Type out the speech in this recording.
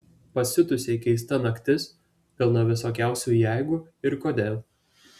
pasiutusiai keista naktis pilna visokiausių jeigu ir kodėl